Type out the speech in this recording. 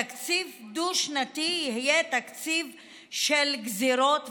תקציב דו-שנתי יהיה תקציב של גזרות וקיצוצים.